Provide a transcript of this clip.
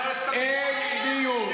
אין דיון.